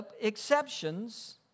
exceptions